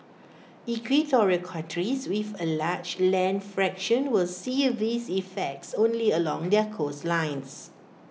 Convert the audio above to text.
equatorial countries with A large land fraction will see these effects only along their coastlines